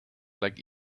like